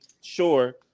Sure